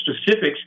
specifics